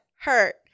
hurt